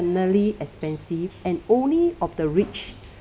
definitely expensive and only of the rich